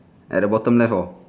at the bottom left or